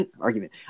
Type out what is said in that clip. argument